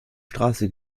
straße